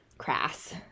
Crass